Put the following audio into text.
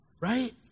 Right